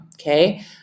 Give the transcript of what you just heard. okay